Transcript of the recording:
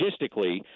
logistically